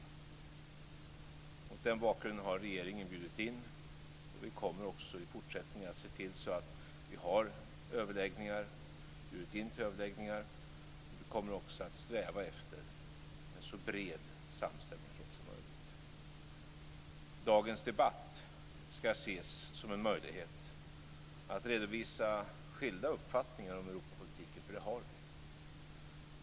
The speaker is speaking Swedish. Mot den bakgrunden har regeringen bjudit in till överläggningar och vi kommer att sträva efter en så bred samstämmighet som möjligt. Dagens debatt ska ses som en möjlighet att redovisa skilda uppfattningar om Europapolitiken, för det har vi.